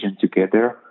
together